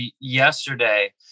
yesterday